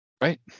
Right